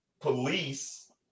police